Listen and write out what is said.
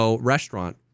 restaurant